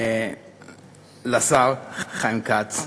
ולשר חיים כץ,